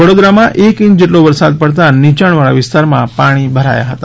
વડોદરામાં એક ઇંચ જેટલો વરસાદ પડતાં નીચાણવાળા વિસ્તારમાં પાણી ભરાયા હતા